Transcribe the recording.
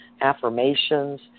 affirmations